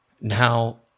now